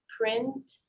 print